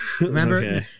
Remember